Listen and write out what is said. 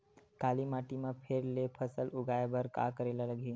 काली माटी म फेर ले फसल उगाए बर का करेला लगही?